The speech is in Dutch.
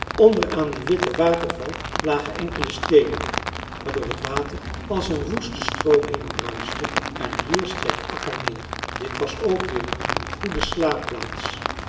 onder aan dien witten waterval lagen enkele steenen waardoor het water als een woeste stroom heenbruiste en hier streek akka neer dit was ook weer een goede slaapplaats